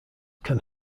can